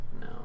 No